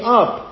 up